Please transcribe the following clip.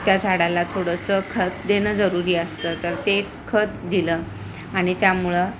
त्या झाडाला थोडंसं खत देणं जरुरी असतं तर ते खत दिलं आणि त्यामुळं